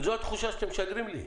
וזו התחושה שאתם משדרים לי.